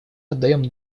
отдаем